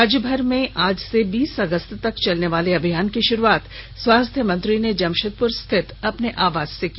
राज्यभर में आज से बीस अगस्त तक चलनेवाले अभियान की शुरूआत स्वास्थ्य मंत्री ने जमशेदपुर स्थित अपने आवास से किया